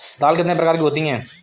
दाल कितने प्रकार की होती है?